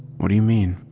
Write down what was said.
what do you mean?